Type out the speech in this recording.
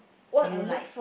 do you like